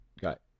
got